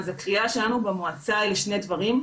אז הקריאה שלנו במועצה היא לשני דברים.